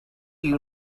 you